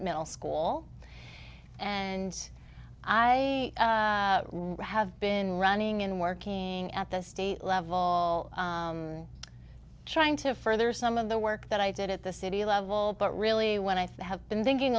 middle school and i have been running in working at the state level trying to further some of the work that i did at the city level but really when i think have been thinking